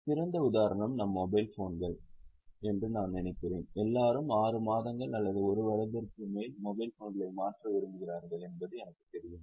சிறந்த உதாரணம் நம் மொபைல் போன்கள் என்று நான் நினைக்கிறேன் எல்லோரும் 6 மாதங்கள் அல்லது 1 வருடத்திற்குள் மொபைல் போன்களை மாற்ற விரும்புகிறார்கள் என்பது எனக்குத் தெரியும்